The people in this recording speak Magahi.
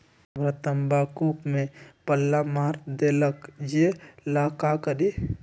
हमरा तंबाकू में पल्ला मार देलक ये ला का करी?